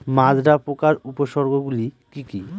মাজরা পোকার উপসর্গগুলি কি কি?